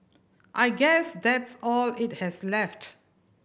I guess that's all it has left